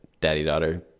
daddy-daughter